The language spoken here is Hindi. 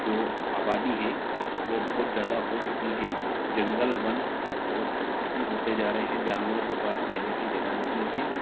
जो आबादी है वो बहुत ज़्यादा हो चुकी है जंगल वन पर्वत सब खत्म होते जा रहे हैं जानवरों के पास रहने की जगह नहीं है